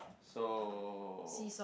so